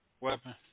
Weapon